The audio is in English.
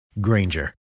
Granger